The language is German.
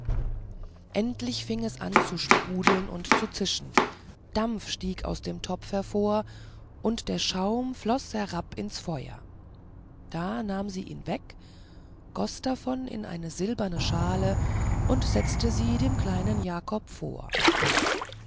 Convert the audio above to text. endlich fing es an zu sprudeln und zu zischen dampf stieg aus dem topf hervor und der schaum floß herab ins feuer da nahm sie ihn weg goß davon in eine silberne schale und setzte sie dem kleinen jakob vor